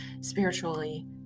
spiritually